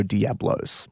Diablos